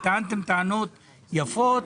טענתם טענות יפות.